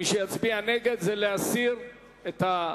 מי שיצביע נגד הוא בעד הסרת ההצעה.